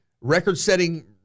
record-setting